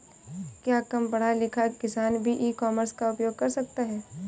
क्या कम पढ़ा लिखा किसान भी ई कॉमर्स का उपयोग कर सकता है?